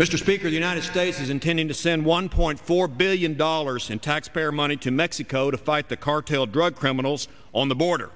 mr speaker the united states is intending to send one point four billion dollars in taxpayer money to mexico to fight the cartel drug criminals on the border